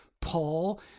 Paul